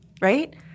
right